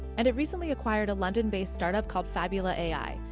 and it recently acquired a london-based startup called fabula a i,